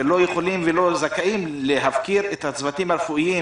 ולא יכולים ולא זכאים להפקיר את הצוותים הרפואיים